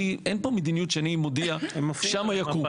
אין פה מדיניות שאני מודיע שם יקום.